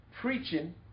preaching